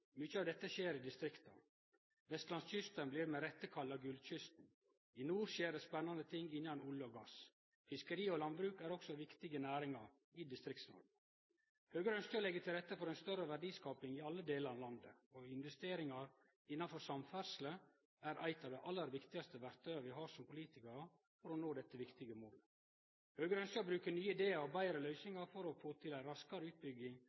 Mykje av dette skjer i distrikta. Vestlandskysten blir med rette kalla Gullkysten. I nord skjer det spennande ting innan olje og gass. Fiskeri og landbruk er også viktige næringar i Distrikts-Noreg. Høgre ønskjer å leggje til rette for ei større verdiskaping i alle delane av landet, og investeringar innanfor samferdsle er eit av dei aller viktigaste verktøya vi som politikarar har for å nå dette viktige målet. Høgre ønskjer å bruke nye idear og betre løysingar for å få til ei raskare utbygging